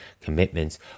commitments